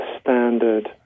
standard